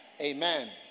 Amen